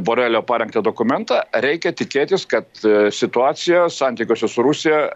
borelio parengtą dokumentą reikia tikėtis kad situacija santykiuose su rusija